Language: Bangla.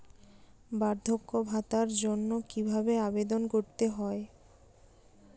বার্ধক্য ভাতার জন্য কিভাবে আবেদন করতে হয়?